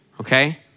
okay